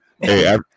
Hey